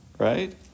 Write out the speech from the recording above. Right